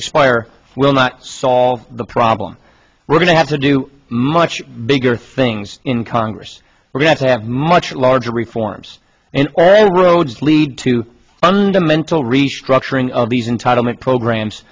expire will not solve the problem we're going to have to do much bigger things in congress we're going to have much larger reforms and lead to fundamental restructuring of these entitlement programs